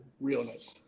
realness